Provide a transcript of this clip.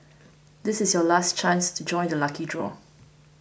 this is your last chance to join the lucky draw